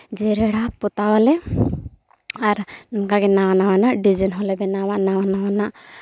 ᱡᱮᱨᱮᱲᱟ ᱯᱚᱛᱟᱣᱟᱞᱮ ᱟᱨ ᱚᱝᱠᱟ ᱜᱮ ᱱᱟᱣᱟ ᱱᱟᱣᱟᱱᱟᱜ ᱰᱤᱡᱟᱭᱤᱱ ᱦᱚᱸᱞᱮ ᱵᱮᱱᱟᱣᱟ ᱱᱟᱣᱟ ᱱᱟᱣᱟᱱᱟᱜ